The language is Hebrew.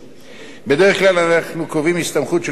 בדרך כלל אין אנחנו קובעים הסתמכות של ועדה בעת קבלת